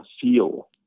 feel